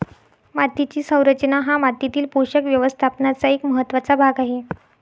मातीची संरचना हा मातीतील पोषक व्यवस्थापनाचा एक महत्त्वाचा भाग आहे